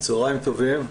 צהריים טובים.